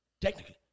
Technically